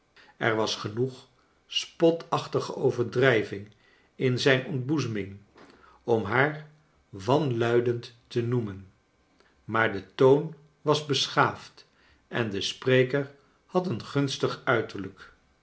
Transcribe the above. er was genoeg spotachtige overdrijving in zijn ontboezeming om haar wanluidend te noemen maar de toon was beschaafd en de spreker had een gunstig uiterlijk